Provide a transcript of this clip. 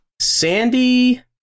Sandy